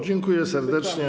Dziękuję serdecznie.